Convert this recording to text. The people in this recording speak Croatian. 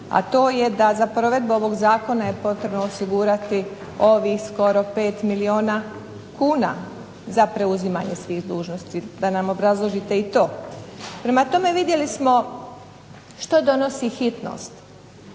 a to je za provedbu ovog Zakona je potrebno osigurati ovih skoro 5 milijuna kuna, za preuzimanje svih dužnosti, da nam obrazložite i to. Prema tome, vidjeli smo što donosi hitnost,